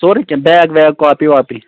سورٕے کیٚنٛہہ بیگ ویگ کاپی واپی